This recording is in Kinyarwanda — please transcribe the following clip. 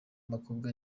bakobwa